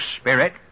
Spirit